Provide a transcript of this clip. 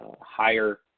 higher